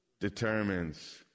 determines